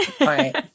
right